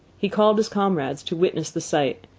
he called his comrades to witness the sight.